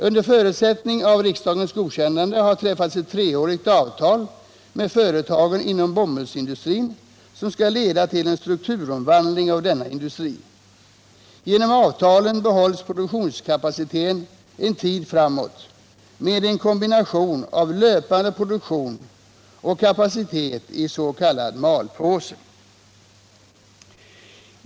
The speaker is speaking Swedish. Under förutsättning av riksdagens godkännande har träffats ett treårigt avtal med företagen inom bomullsindustrin som skall leda till en strukturomvandling av denna industri. Genom avtalen behålls produktionskapaciteten en tid framåt med en kombination av löpande produktion och kapacitet i s.k. malpåse.